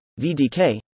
VDK